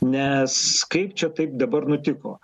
nes kaip čia taip dabar nutiko